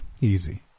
Easy